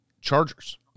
Chargers